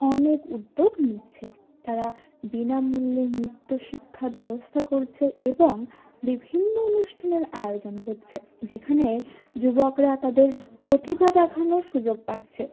অনেক উদ্যোগ নিচ্ছে তারা বিনামূল্যে নৃত্য শিক্ষার ব্যবস্থা করছে এবং বিভিন্ন অনুষ্ঠানের আয়োজন করছে যেখানে যুবকরা তাদের প্রতিভা দেখানোর সুযোগ পাচ্ছে